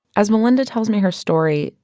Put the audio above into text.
as melynda tells me her story,